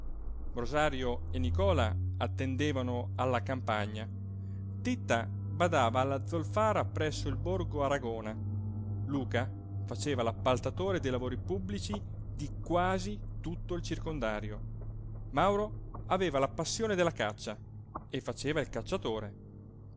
rosario e nicola attendevano alla campagna titta badava alla zolfara presso il borgo aragona luca faceva l'appaltatore dei lavori pubblici di quasi tutto il circondario mauro aveva la passione della caccia e faceva il cacciatore